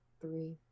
three